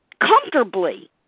comfortably